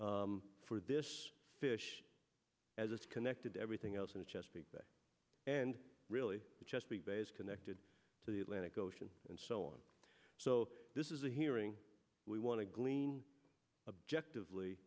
for this fish as it's connected to everything else in the chesapeake bay and really the chesapeake bay is connected to the atlantic ocean and so on so this is a hearing we want to glean objective